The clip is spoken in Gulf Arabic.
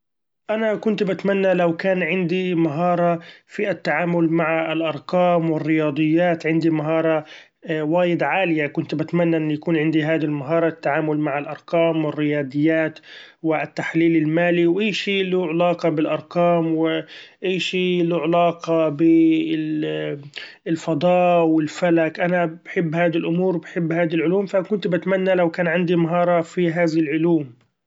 أنا كنت بتمنى لو كان عندي مهارة في التعامل مع الارقام الرياضيات عندي مهارة وايد عالية ، كنت بتمنى إن يكون عندي هادي المهارة التعامل مع الارقام و الرياضيات والتحليل المالي وأي شي له علاقة بالارقام ، وأي شي له علاقة ب الفضاء والفلك أنا بحب هادي الامور وبحب هادي العلوم ف كنت بتمنى لو عندي مهارة بهادي العلوم.